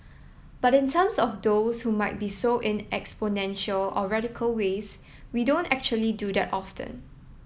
but in terms of those who might be so in exponential or radical ways we don't actually do that often